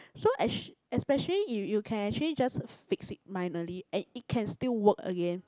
so as especially you you can actually just fixed it minorly and it can still work again